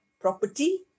property